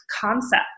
concept